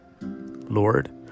lord